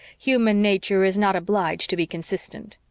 human nature is not obliged to be consistent.